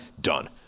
Done